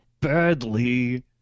badly